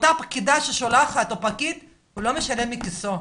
אותה פקידה ששולחת או פקיד הוא לא משלם מכיסו,